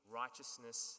righteousness